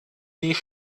die